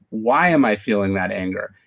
why am i feeling that anger?